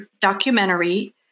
documentary